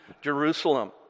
Jerusalem